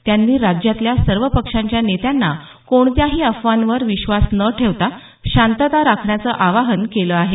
त्यांनी राज्यातल्या सर्व पक्षांच्या नेत्यांना कोणत्याही अफवांवर विश्वास न ठेवता शांतता राखण्याचं आवाहन केलं आहे